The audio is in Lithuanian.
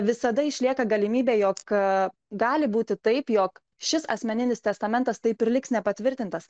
visada išlieka galimybė jog viską gali būti taip jog šis asmeninis testamentas taip ir liks nepatvirtintas